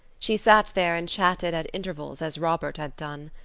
she sat there and chatted at intervals as robert had done.